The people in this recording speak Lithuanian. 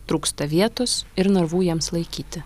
trūksta vietos ir narvų jiems laikyti